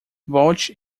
volte